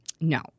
no